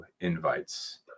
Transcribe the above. invites